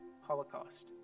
Holocaust